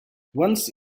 once